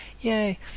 yay